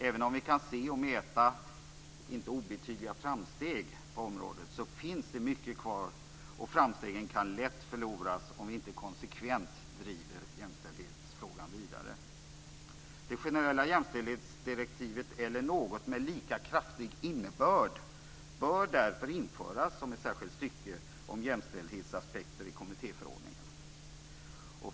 Även om vi kan se och mäta inte obetydliga framsteg på området, är det mycket som återstår, och framstegen kan lätt förloras om vi inte konsekvent driver jämställdhetsfrågan vidare. Det generella jämställdhetsdirektivet eller något med lika kraftig innebörd bör därför införas som ett särskilt stycke om jämställdhetsaspekter i kommittéförordningen.